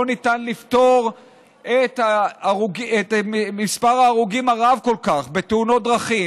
לא ניתן לפתור את מספר ההרוגים הרב כל כך בתאונות דרכים,